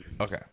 Okay